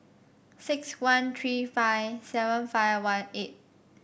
six one three five seven five one eight